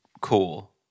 cool